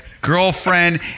girlfriend